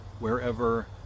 Wherever